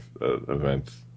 events